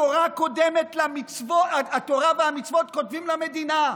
התורה והמצוות קודמים למדינה.